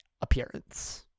appearance